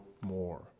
more